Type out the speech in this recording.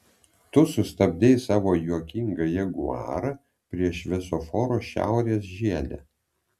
tu sustabdei savo juokingą jaguarą prie šviesoforo šiaurės žiede